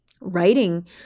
writing